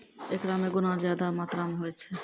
एकरा मे गुना ज्यादा मात्रा मे होय छै